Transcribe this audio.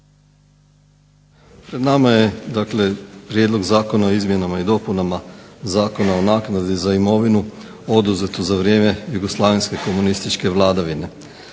Pred nama je dakle Prijedlog zakona o izmjenama i dopunama Zakona o naknadi za imovinu oduzetu za vrijeme jugoslavenske komunističke vladavine.